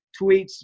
tweets